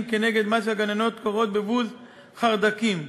כנגד מה שהגננות קוראות בבוז: חרד"קים.